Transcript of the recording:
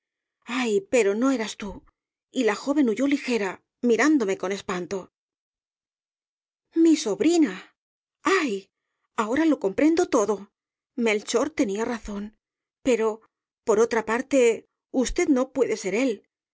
ay pero no eras tú y la joven huyó ligera mirándome con espanto mi sobrina ay ahora lo comprendo todo melchor tenía razón pero por otra parte usted no puede ser él